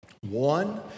One